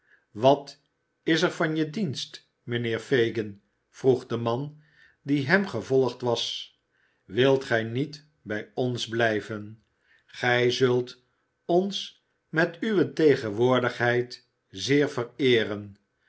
wat is er van je dienst mijnheer fagin vroeg de man die hem gevolgd was wilt gij niet bij ons blijven gij zult ons met uwe tegenwoordigheid zeer vereeren